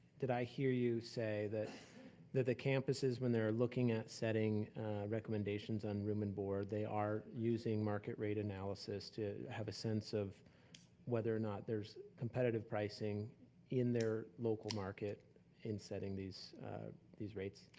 did i hear you say that that the campuses, when they're looking at setting recommendations on room and board, they are using market rate analysis to have a sense of whether or not there's competitive pricing in their local market in setting these these rates?